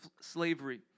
slavery